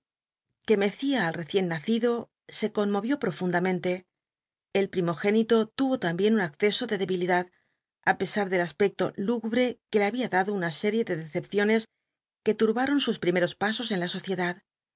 que mceia al rec icn nacido e conmorió pl'ofnndamcntc el primogénito tn ro la mbien un acceso de debi lidad i pesar del aspeclo lúgubre que le babia dad o una séri de decepciones on sus primeros pasos en la sociedad